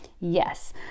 Yes